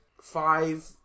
five